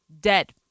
dead